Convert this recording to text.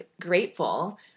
grateful